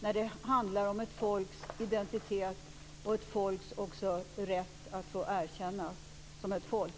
när det handlar om ett folks identitet och rätt att få erkännas som ett folk?